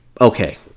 Okay